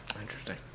interesting